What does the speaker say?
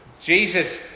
Jesus